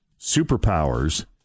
Superpowers